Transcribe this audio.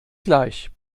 gleich